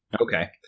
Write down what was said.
Okay